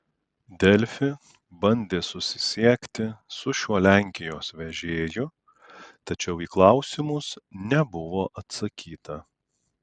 delfi bandė susisiekti su šiuo lenkijos vežėju tačiau į klausimus nebuvo atsakyta